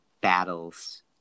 battles